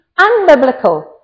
unbiblical